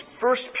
first